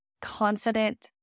confident